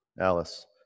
Alice